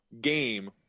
game